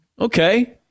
okay